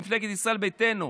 ממפלגת ישראל ביתנו,